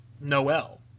Noel